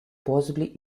possibly